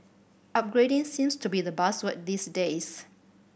upgrading seems to be the buzzword these days